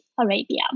Arabia